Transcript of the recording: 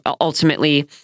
ultimately